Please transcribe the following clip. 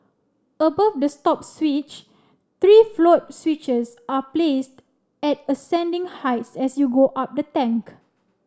above the stop switch three float switches are placed at ascending heights as you go up the tank